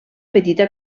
petita